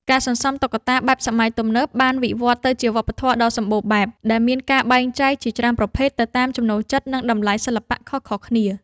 ការសន្សំតុក្កតាបែបសម័យទំនើបបានវិវត្តន៍ទៅជាវប្បធម៌ដ៏សម្បូរបែប ដែលមានការបែងចែកជាច្រើនប្រភេទទៅតាមចំណូលចិត្ត និងតម្លៃសិល្បៈខុសៗគ្នា។